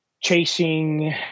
chasing